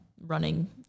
running